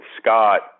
Scott